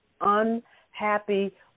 unhappy